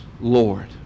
Lord